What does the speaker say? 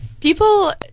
people